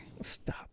Stop